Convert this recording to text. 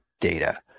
data